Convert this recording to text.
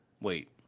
wait